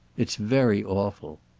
it's very awful.